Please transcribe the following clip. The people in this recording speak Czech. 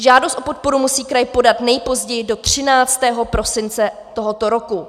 Žádost o podporu musí kraj podat nejpozději do 13. prosince tohoto roku.